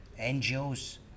NGOs